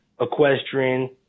equestrian